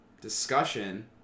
discussion